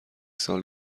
سال